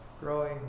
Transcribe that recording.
growing